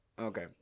Okay